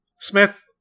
Smith